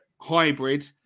hybrid